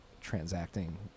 transacting